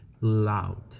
loud